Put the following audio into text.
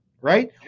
right